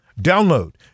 Download